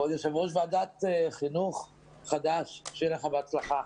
כבוד יושב-ראש ועדת חינוך חדש, שיהיה לך בהצלחה.